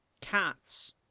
Cats